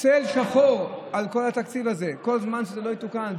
צל שחור על כל התקציב הזה, כל זמן שזה לא יתוקן.